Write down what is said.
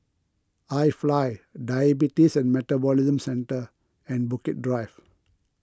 iFly Diabetes and Metabolism Centre and Bukit Drive